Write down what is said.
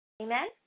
Amen